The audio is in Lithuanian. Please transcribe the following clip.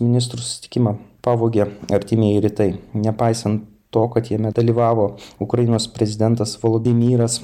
ministrų susitikimą pavogė artimieji rytai nepaisant to kad jame dalyvavo ukrainos prezidentas volodimiras